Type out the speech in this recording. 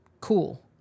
Cool